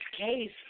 case